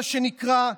מה שנקרא,